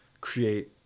create